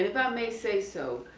if i may say so,